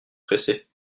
pressé